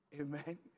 Amen